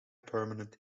permanent